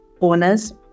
owners